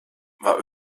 war